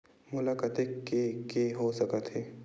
मोला कतेक के के हो सकत हे?